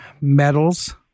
medals